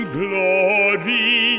glory